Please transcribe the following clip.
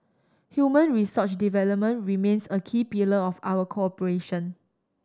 human resource development remains a key pillar of our cooperation